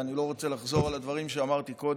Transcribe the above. ואני לא רוצה לחזור על הדברים שאמרתי קודם.